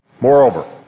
Moreover